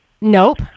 Nope